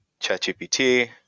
ChatGPT